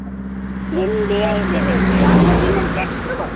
ডিম দিয়েই দেবেন জন্মদিনের কেক তো